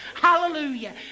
Hallelujah